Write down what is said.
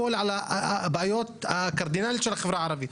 הכול עוסק בבעיות הקרדינליות של החברה הערבית.